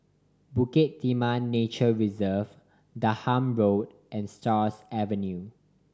Bukit Timah Nature Reserve Denham Road and Stars Avenue